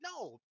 no